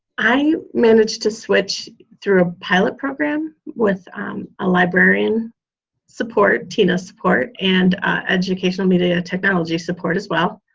i managed to switch through a pilot program with a librarian support, tina's support and educational media technology support as well.